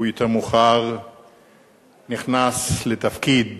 ויותר מאוחר הוא נכנס לתפקיד